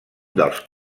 dels